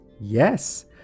Yes